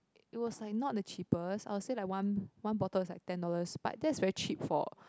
it was like not the cheapest I will say like one one bottle is like ten dollars but that is very cheap for